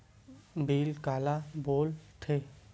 Bill काला बोल थे?